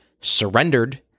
surrendered